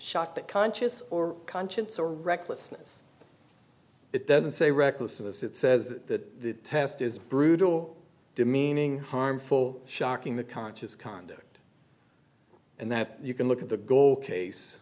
shot that conscious or conscience or recklessness it doesn't say recklessness it says that test is brutal demeaning harmful shocking the conscious conduct and that you can look at the goal case